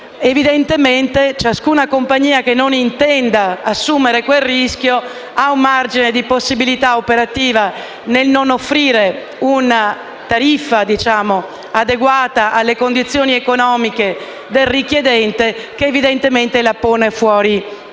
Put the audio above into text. evidentemente, però, ciascuna compagnia che non intenda assumere quel rischio ha un margine di possibilità operativa nel non offrire una tariffa adeguata alle condizioni economiche del richiedente, ponendosi così al di fuori delle